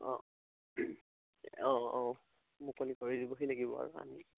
অঁ অঁ অঁ মুকলি কৰি দিবহি লাগিব আৰু আনি